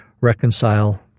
reconcile